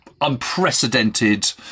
unprecedented